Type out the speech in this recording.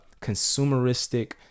consumeristic